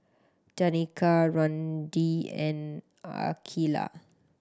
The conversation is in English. Danika Randi and Akeelah